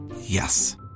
Yes